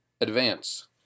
Advance